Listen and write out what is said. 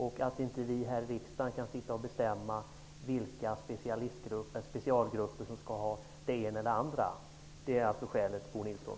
Det är inte vi här i riksdagen som skall sitta och bestämma vilka specialgrupper som skall ha det ena eller det andra. Det är alltså skälet, Bo Nilsson.